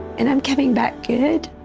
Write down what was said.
and i'm coming back good,